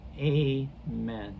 Amen